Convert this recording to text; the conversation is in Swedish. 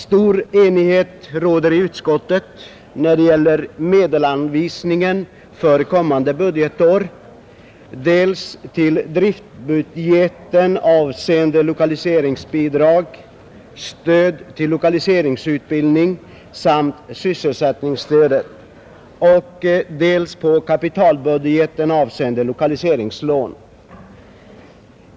Stor enighet råder i utskottet när det gäller medelsanvisningen för kommande budgetår dels till driftbudgeten avseende lokaliseringsbidrag, stöd till lokaliseringsutbildning samt sysselsättningsstödet, dels till kapitalbudgeten avseende lokaliseringslån.